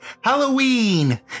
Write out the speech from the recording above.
Halloween